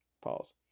Pause